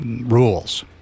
rules